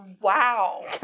wow